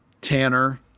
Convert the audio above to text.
Tanner